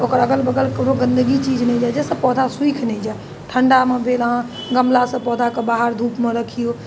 ओकर अगल बगलके कोनो गन्दगी चीज नहि जाइ जाहिसँ पौधा सुखि नहि जाइ ठण्डामे भेल अहाँ गमलासँ पौधाके बाहर धूपमे रखिऔ